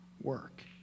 work